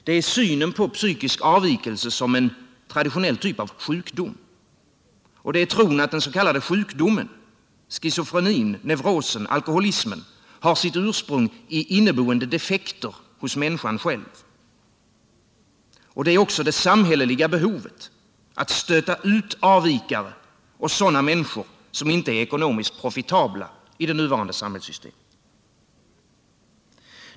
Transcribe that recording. Det är synen på psykisk avvikelse som en traditionell typ av sjukdom, och det är tron att den s.k. sjukdomen — schizofrenin, neurosen, alkoholismen — har sitt ursprung i inneboende defekter hos människan själv. Det är också det samhälleliga behovet att stöta ut avvikande och sådana människor som inte är ekonomiskt profitabla i det nuvarande samhällss 'stemet.